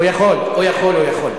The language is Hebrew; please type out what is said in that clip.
הוא יכול.